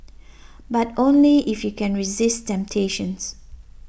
but only if you can resist temptations